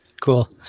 Cool